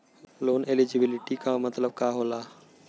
Loan eligibility का मतलब का होला?